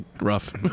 rough